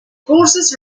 courses